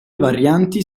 varianti